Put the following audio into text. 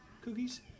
cookies